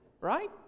Right